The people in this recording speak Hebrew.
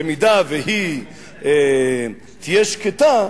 במידה שהיא תהיה שקטה,